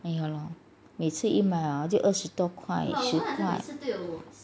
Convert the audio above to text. !haiya! 每次一买就二十多块十块